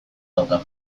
dauka